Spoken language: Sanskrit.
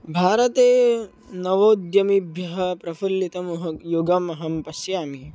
भारते नवोद्यमिभ्यः प्रफुल्लितम् युगम् अहं पश्यामि